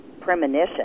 premonition